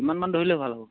কিমানমান ধৰিলে ভাল হ'ব